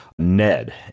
ned